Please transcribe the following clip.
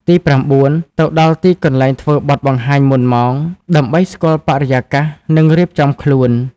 ទីប្រាំបួន ទៅដល់ទីកន្លែងធ្វើបទបង្ហាញមុនម៉ោង ដើម្បីស្គាល់បរិយាកាស និងរៀបចំខ្លួន។